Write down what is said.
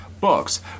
books